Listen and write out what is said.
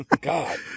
God